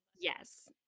yes